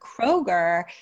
Kroger